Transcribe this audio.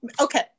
Okay